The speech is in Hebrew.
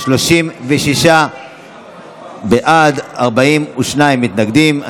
36 בעד, 42 מתנגדים.